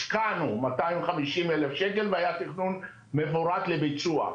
השקענו מאתיים חמישים אלף שקל והיה תכנון מפורט לביצוע.